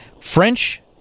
French